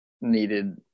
needed